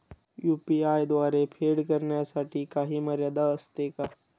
UPI द्वारे फेड करण्यासाठी काही मर्यादा असते का?